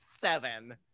seven